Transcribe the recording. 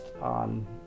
on